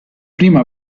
prima